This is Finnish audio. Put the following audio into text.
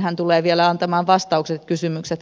hän tulee vielä antamaan vastaukset